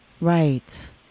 Right